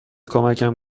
کمکم